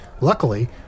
Luckily